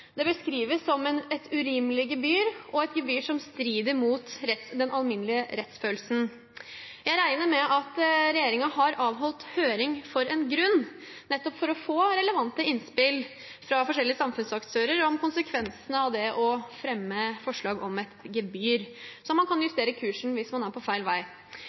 Det beskrives som et urimelig gebyr som strider mot den alminnelige rettsfølelsen. Jeg regner med at regjeringen har avholdt høring for en grunn – nettopp for å få relevante innspill fra forskjellige samfunnsaktører om konsekvensene av det å fremme et forslag om gebyr, så man kan justere kursen hvis man er på feil vei.